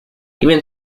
even